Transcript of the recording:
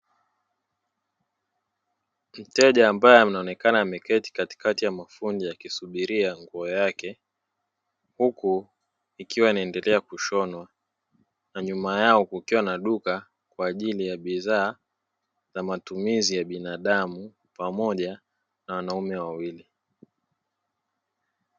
Mteja ambaye anaonekana ameketi katikati ya mafundi akisubiria nguo yake, huku ikiwa inaendelea kushonwa; na nyuma yao kukiwa na duka kwa ajili ya bidhaa na matumizi ya binadamu pamoja na wanaume wawili.